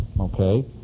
Okay